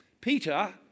Peter